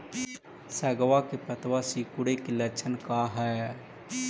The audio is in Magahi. सगवा के पत्तवा सिकुड़े के लक्षण का हाई?